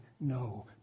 No